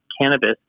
cannabis